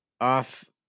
off